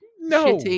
No